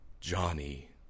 Johnny